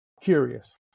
curious